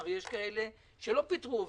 הרי יש כאלה שלא פיטרו עובדים.